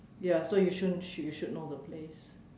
ya so you should you should know the place